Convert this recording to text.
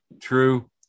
True